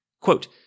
Quote